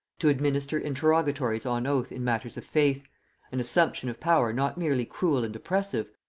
to administer interrogatories on oath in matters of faith an assumption of power not merely cruel and oppressive,